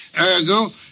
Ergo